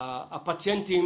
הפציינטים